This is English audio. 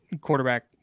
quarterback